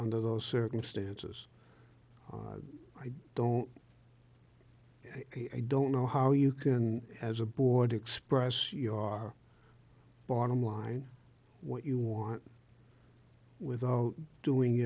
under those circumstances i don't i don't know how you can as a board express your our bottom line what you want without doing